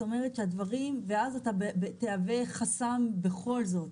ואז אתה תהווה חסם בכל זאת.